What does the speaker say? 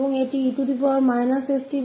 इसलिए यह है tn और e st s